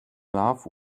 love